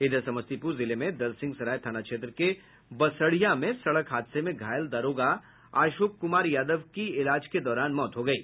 इधर समस्तीपुर जिले में दलसिंहसराय थाना क्षेत्र के बसढ़िया में सड़क हादसे में घायल दारोगा अशोक कुमार यादव की इलाज के दौरान मौत हो गयी